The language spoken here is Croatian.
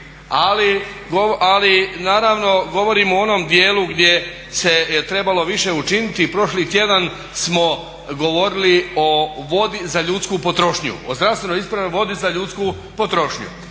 Ali naravno govorim u onom djelu gdje se je trebalo više učiniti i prošli tjedan smo govorili o vodi za ljudsku potrošnju, o zdravstveno ispravnoj vodi za ljudsku potrošnju